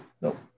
nope